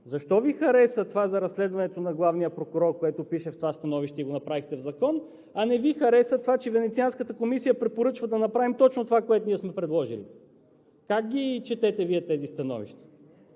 Становището, за разследването на главния прокурор и го направихте в Закон, а не Ви хареса, че Венецианската комисия препоръчва да направим точно това, което ние сме предложили? Как ги четете Вие тези становища?